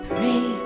Pray